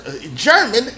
German